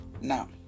Now